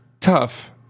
tough